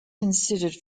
considered